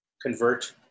convert